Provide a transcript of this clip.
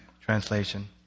Translation